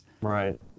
Right